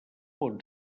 bon